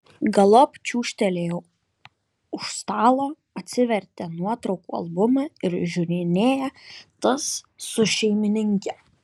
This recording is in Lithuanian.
galop čiūžtelėjo už stalo atsivertė nuotraukų albumą ir žiūrinėja tas su šeimininke